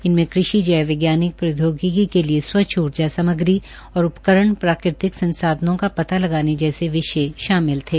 इनमें कृषि जैव वैज्ञानिक प्रौद्योगिकी के लिए स्वच्छ ऊर्जा सामग्री और उपकरण प्राकृतिक संसाधनों का पता लगाने जैसे विषय शामिल थे